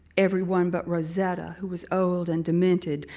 everyone but rosetta who was old and demented,